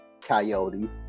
coyote